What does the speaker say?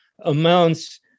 amounts